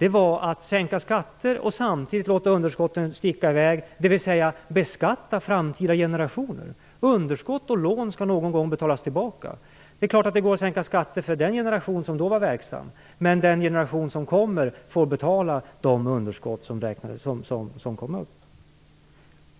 var att de sänkte skatter och samtidigt lät underskotten sticka i väg, dvs. de beskattade samtliga generationer. Underskott och lån skall någon gång betalas tillbaka. Det är klart att det gick att sänka skatter för den generation som då var verksam, men kommande generation får betala de underskott som uppstod.